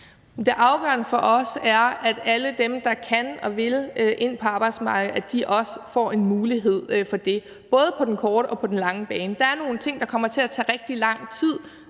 afgørende for os er, at alle dem, der kan komme og vil ind på arbejdsmarkedet, også får en mulighed for det, både på den korte og på den lange bane. Der er nogle ting, der kommer til at tage rigtig lang tid